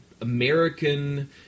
American